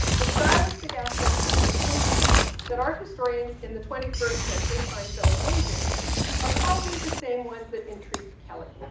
the stylistic aspects of these paintings that art historians in the twenty first century find so engaging are probably the same ones that intrigued kelly.